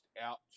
out